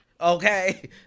Okay